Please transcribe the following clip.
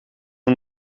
nur